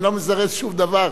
אני לא מזרז שום דבר,